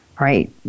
right